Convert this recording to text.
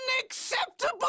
unacceptable